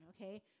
okay